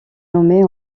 nommée